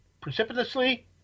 precipitously